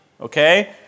okay